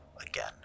again